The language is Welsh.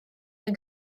yng